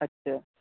اچھا